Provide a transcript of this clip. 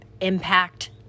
impact